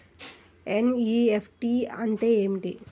NEFT అంటే ఏమిటీ?